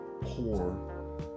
poor